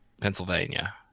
pennsylvania